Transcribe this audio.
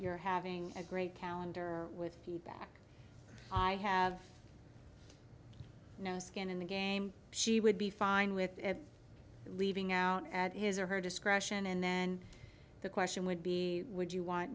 you're having a great calendar with feedback i have no skin in the game she would be fine with leaving out at his or her discretion and then the question would be would you want